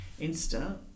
Insta